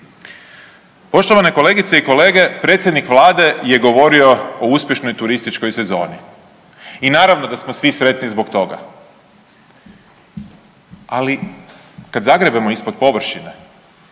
Poštovane kolegice i kolege, predsjednik Vlade je govorio o uspješnoj turističkoj sezoni i naravno da smo svi sretni zbog toga. Ali kad zagrebemo ispod površine